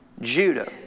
Judah